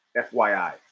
FYI